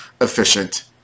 efficient